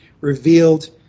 revealed